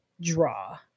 draw